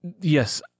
Yes